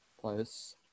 players